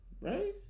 right